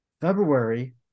February